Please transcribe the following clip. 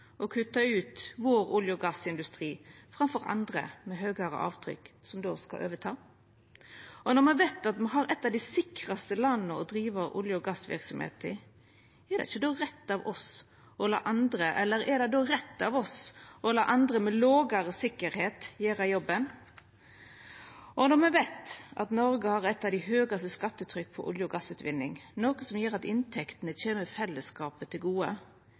å kutta ut olje- og gassindustrien vår slik at andre med eit høgare avtrykk skal overta? Når me veit at me er eit av dei sikraste landa å driva olje- og gassverksemd i, er det då rett av oss å la andre med lågare sikkerheit gjera jobben? Når me veit at Noreg har eit av de høgaste skattetrykka på olje- og gassutvinning, noko som gjer at inntektene kjem fellesskapet til gode,